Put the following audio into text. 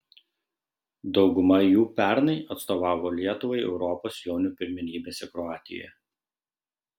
dauguma jų pernai atstovavo lietuvai europos jaunių pirmenybėse kroatijoje